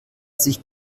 sich